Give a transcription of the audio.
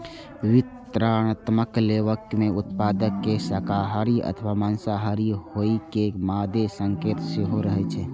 विवरणात्मक लेबल मे उत्पाद के शाकाहारी अथवा मांसाहारी होइ के मादे संकेत सेहो रहै छै